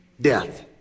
death